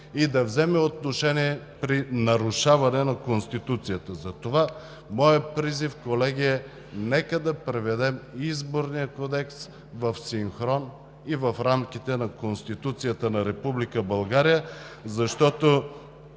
и да вземе отношение при нарушаване на Конституцията. Затова моят призив, колеги, е: нека да приведем Изборния кодекс в синхрон и в рамките на Конституцията на